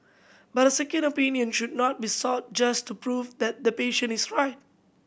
but a second opinion should not be sought just to prove that the patient is right